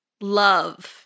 love